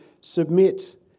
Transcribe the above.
submit